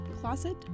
closet